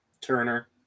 Turner